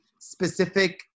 specific